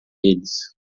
eles